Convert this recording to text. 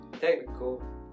technical